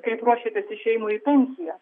kaip ruošiatės išėjimui į pensiją